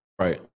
right